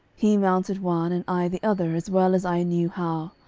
he mounted one, and i the other as well as i knew how.